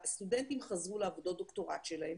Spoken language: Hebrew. שהסטודנטים חזרו לעבודות הדוקטורט שלהם